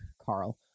Carl